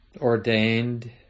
ordained